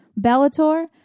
Bellator